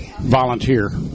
volunteer